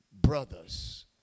Brothers